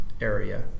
area